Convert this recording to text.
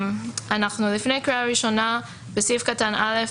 לפני הקריאה הראשונה בסעיף קטן (א)